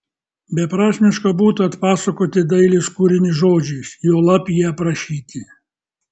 beprasmiška būtų atpasakoti dailės kūrinį žodžiais juolab jį aprašyti